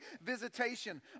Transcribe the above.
visitation